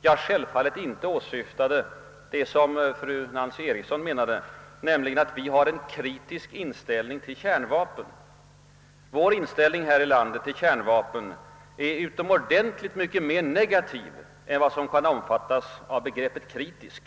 jag självfallet inte åsyftade det som fru Nancy Eriksson menade, nämligen att vi har en kritisk inställning till kärnvapen. Vår inställning här i landet till kärnvapen är betydligt mera negativ än vad som kan omfattas av begreppet kritisk.